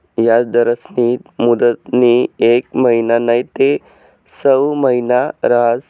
याजदरस्नी मुदतनी येक महिना नैते सऊ महिना रहास